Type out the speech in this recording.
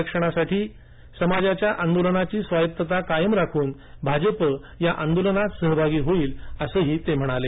आरक्षणासाठी मराठा समाजाच्या आंदोलनाची स्वायत्तता कायम राखून भाजपा या आंदोलनात सहभागी होईल असंही ते म्हणाले